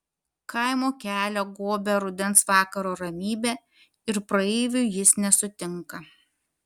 kaimo kelią gobia rudens vakaro ramybė ir praeivių jis nesutinka